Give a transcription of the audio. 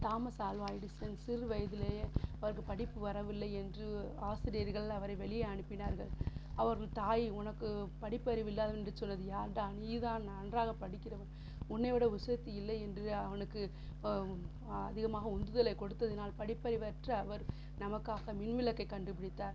Thomas Alva Edison சிறுவயதிலேயே அவருக்கு படிப்பு வரவில்லை என்று ஆசிரியர்கள் அவரை வெளியே அனுப்பினார்கள் அவரின் தாய் உனக்கு படிப்பறிவு இல்லாதவன் என்று சொன்னது யாரடா நீதான் நன்றாக படிக்கிறவன் உன்னைவிட உசத்தி இல்லை என்று அவனுக்கு அதிகமாக உந்துதலை கொடுத்ததினால் படிப்பறிவற்ற அவர் நமக்காக மின்விளக்கை கண்டுபிடித்தார்